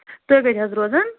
تُہۍ کتہِ حظ روزان